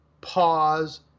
pause